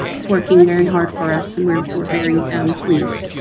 he's working very hard for us, and we're we're very and pleased.